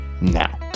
now